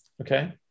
Okay